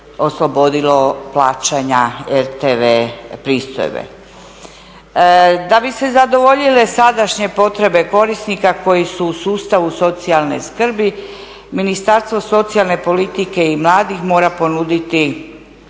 Da bi se zadovoljile sadašnje potrebe korisnika koji su u sustavu socijalne skrbi Ministarstvo socijalne politike i mladih mora ponuditi